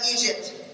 Egypt